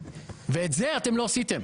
ואת זה אתם לא עשיתם.